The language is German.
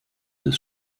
des